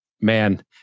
Man